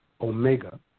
omega